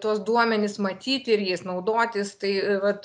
tuos duomenis matyti ir jais naudotis tai vat